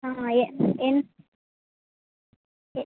ஆ என் என் எ